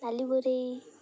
ତାଲିପରି